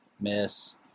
miss